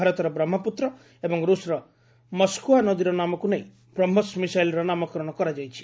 ଭାରତର ବ୍ରହ୍କପୁତ୍ର ଏବଂ ଋଷର ମସ୍କଓ୍ୱା ନଦୀର ନାମକୁ ନେଇ ବ୍ରହ୍କୋସ୍ ମିଶାଇଲର ନାମକରଣ କରାଯାଇଛି